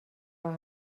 راه